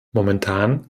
momentan